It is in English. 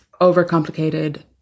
overcomplicated